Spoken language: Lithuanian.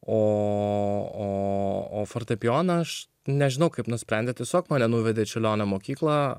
o fortepijoną aš nežinau kaip nusprendė tiesiog mane nuvedė čiurlionio mokyklą